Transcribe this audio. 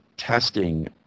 testing